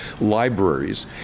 libraries